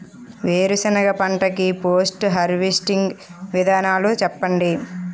వేరుసెనగ పంట కి పోస్ట్ హార్వెస్టింగ్ విధానాలు చెప్పండీ?